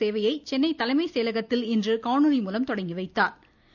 சேவையை சென்னை தலைமைச் செயலகத்தில் இன்று காணொலி மூலம் தொடங்கி வைத்தாா்